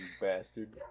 bastard